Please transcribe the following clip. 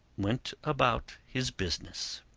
went about his business.